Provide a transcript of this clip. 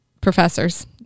professors